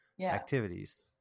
activities